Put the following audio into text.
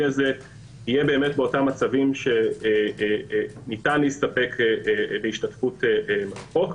הזה יהיה באותם מצבים שניתן להסתפק בהשתתפות מרחוק.